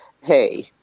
Hey